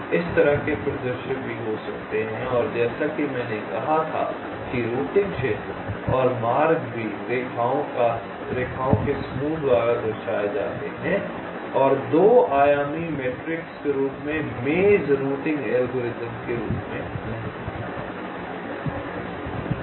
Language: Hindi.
इस तरह के परिदृश्य भी हो सकते हैं और जैसा कि मैंने कहा था कि रूटिंग क्षेत्र और मार्ग भी रेखाओं के समूह द्वारा दर्शाए जाते हैं और 2 आयामी मैट्रिक्स के रूप में मेज़ रूटिंग एल्गोरिदम के रूप में नहीं